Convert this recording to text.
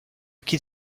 qu’il